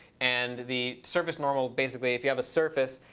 and the surface normal. basically if you have a surface,